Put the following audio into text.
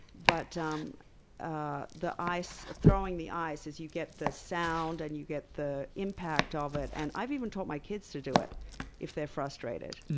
but throwing um ah the ice throwing the ice is you get the sound and you get the impact of it. and i've even taught my kids to do it if they're frustrated.